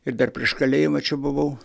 ir dar prieš kalėjimą čia buvau